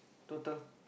total